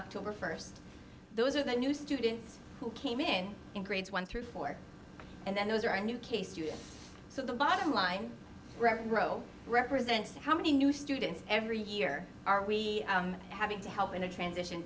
october first those are the new students who came in in grades one through four and then those are our new case to you so the bottom line revenue growth represents how many new students every year are we having to help in a transition